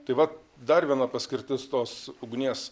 tai vat dar viena paskirtis tos ugnies